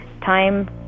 Time